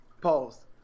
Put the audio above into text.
Pause